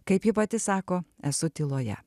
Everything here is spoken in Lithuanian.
kaip ji pati sako esu tyloje